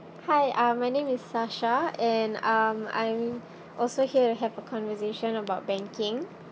hi uh my name is sasha and um I'm also here to have a conversation about banking